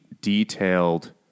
detailed